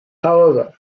however